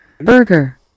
burger